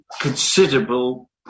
considerable